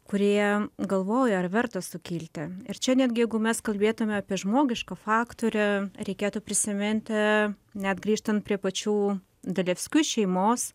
kurie galvoja ar verta sukilti ir čia netgi jeigu mes kalbėtume apie žmogišką faktorių reikėtų prisiminti net grįžtant prie pačių dalevskių šeimos